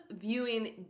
viewing